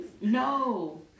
No